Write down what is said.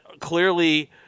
clearly